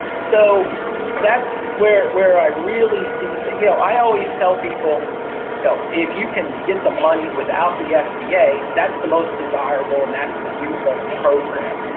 so that's where where i really see that. you know i always tell people if you can get the money without the sba that's the most desirable and that's the use of the program.